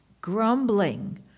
grumbling